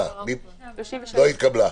ההסתייגות לא התקבלה.